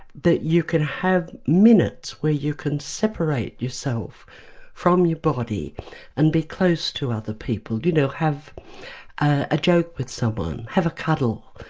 you can have minutes where you can separate yourself from your body and be close to other people, you know, have a joke with someone, have a cuddle,